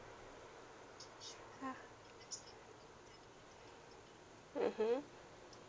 ah mmhmm